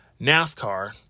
NASCAR